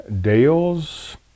Dales